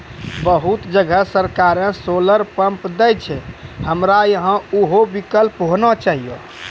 बहुत जगह सरकारे सोलर पम्प देय छैय, हमरा यहाँ उहो विकल्प होना चाहिए?